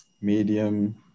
medium